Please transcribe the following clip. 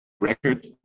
record